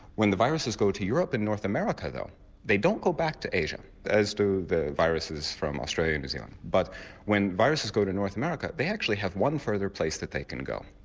when the viruses go to europe and north america though they don't go back to asia as do the viruses from australia and new zealand, but when viruses go to north america they actually have one further place that they can go.